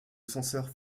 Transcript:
censeur